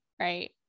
right